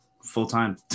full-time